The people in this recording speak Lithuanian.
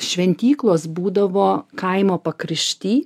šventyklos būdavo kaimo pakrašty